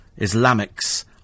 Islamics